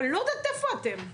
אני לא יודעת איפה אתם.